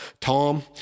Tom